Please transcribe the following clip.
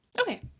Okay